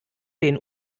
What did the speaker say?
den